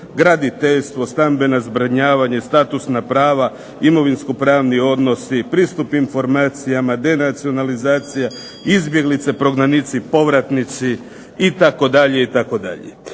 graditeljstvo, stambeno zbrinjavanje, statusna prava, imovinsko-pravni odnosi, pristup informacijama, denacionalizacija, izbjeglice, prognanici, povratnici itd.